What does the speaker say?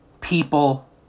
People